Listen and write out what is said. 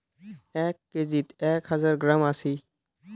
এক কেজিত এক হাজার গ্রাম আছি